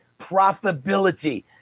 profitability